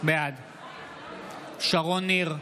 בעד שרון ניר,